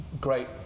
great